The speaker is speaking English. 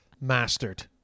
mastered